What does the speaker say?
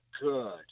good